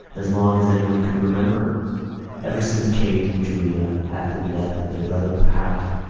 as long as anyone could remember ever since kate and julia, after the death of their brother pat,